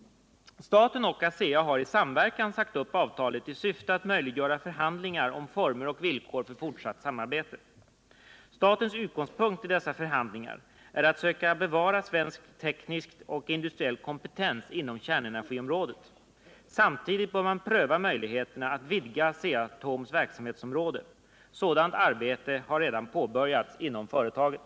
Staten och ASEA har i samverkan sagt upp avtalet i syfte att möjliggöra förhandlingar om former och villkor för fortsatt samarbete. Statens utgångspunkt i dessa förhandlingar är att söka bevara svensk teknisk och industriell kompetens inom kärnenergiområdet. Samtidigt bör man pröva möjligheterna att vidga Asea-Atoms verksamhetsområde. Sådant arbete har redan påbörjats inom företaget.